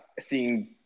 seeing